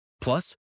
Plus